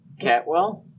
Catwell